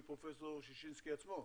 מפרופ' ששינסקי עצמו.